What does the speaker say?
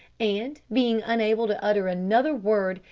and, being unable to utter another word,